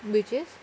which is